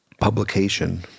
publication